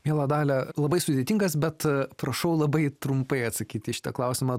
miela dalia labai sudėtingas bet prašau labai trumpai atsakyti į šitą klausimą